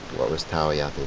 what was ta ah yeah